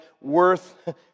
worth